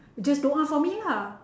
just don't want for me lah